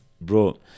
Bro